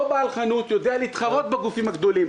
אותו בעל חנות יודע להתחרות בגופים הגדולים.